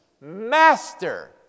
Master